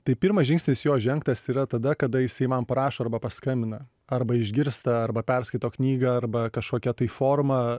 tai pirmas žingsnis jo žengtas yra tada kada jisai man parašo arba paskambina arba išgirsta arba perskaito knygą arba kažkokia tai forma